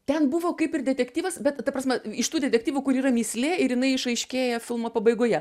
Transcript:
ten buvo kaip ir detektyvas bet ta prasme iš tų detektyvų kur yra mįslė ir jinai išaiškėja filmo pabaigoje